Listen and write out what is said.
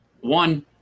One